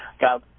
guys